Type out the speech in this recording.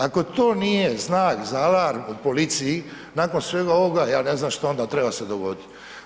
Ako to nije znak za alarm u policiji, nakon svega ovoga ja ne znam šta onda treba se dogoditi.